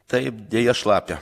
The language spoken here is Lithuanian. taip deja šlapia